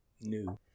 new